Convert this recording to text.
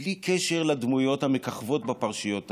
בלי קשר לדמויות המככבות בפרשיות הללו,